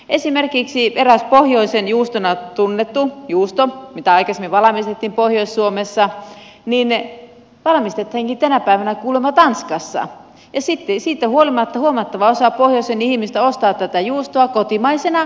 esimerkiksi eräs pohjoisen juustona tunnettu juusto mitä aikaisemmin valmistettiin pohjois suomessa valmistetaankin tänä päivänä kuulema tanskassa ja siitä huolimatta huomattava osa pohjoisen ihmisistä ostaa tätä juustoa kotimaisena juustona